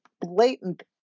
blatant